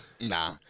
Nah